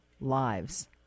lives